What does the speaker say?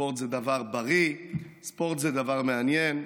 ספורט זה דבר בריא, ספורט זה דבר מעניין,